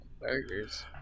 Burgers